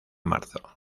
marzo